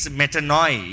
metanoi